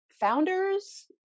founders